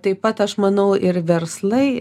taip pat aš manau ir verslai